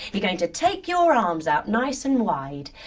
your going to take your arms out nice and wide.